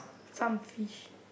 some fish